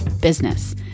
business